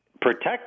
protect